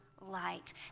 light